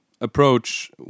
approach